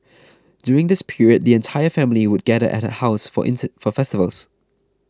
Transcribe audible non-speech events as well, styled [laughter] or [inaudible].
during this period the entire family would gather at her house for [unintelligible] for festivals